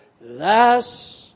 thus